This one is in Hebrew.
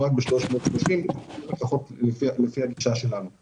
לפי הצעת החוק,